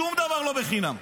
שום דבר לא בחינם.